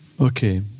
Okay